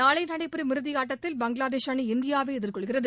நாளை நடைபெறும் இறுதி ஆட்டத்தில் பங்களாதேஷ் அணி இந்தியாவை எதிர்கொள்கிறது